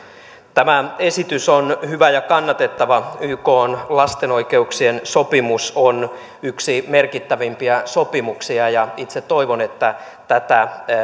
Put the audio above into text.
tämä esitys on hyvä ja kannatettava ykn lasten oikeuksien sopimus on yksi merkittävimpiä sopimuksia itse toivon että tätä